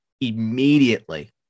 immediately